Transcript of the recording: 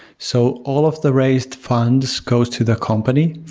so all of the raised funds goes to the company,